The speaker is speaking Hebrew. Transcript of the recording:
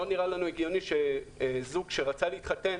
לא נראה לי הגיוני שזוג ירצה להתחתן